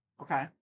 Okay